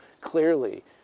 clearly